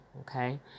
okay